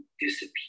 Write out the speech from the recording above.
disappear